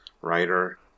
writer